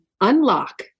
unlock